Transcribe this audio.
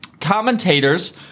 commentators